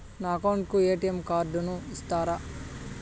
నా అకౌంట్ కు ఎ.టి.ఎం కార్డును ఇస్తారా